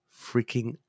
freaking